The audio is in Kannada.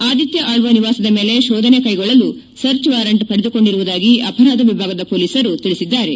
ಆದಿತ್ತ ಆಕ್ಷ ನಿವಾಸದ ಮೇಲೆ ಶೋಧನೆ ಕೈಗೊಳ್ಳಲು ಸರ್ಜ್ ವಾರೆಂಟ್ ಪಡೆದುಕೊಂಡಿರುವುದಾಗಿ ಅಪರಾಧ ವಿಭಾಗದ ಶೊಲೀಸರು ತಿಳಿಸಿದ್ದಾರೆ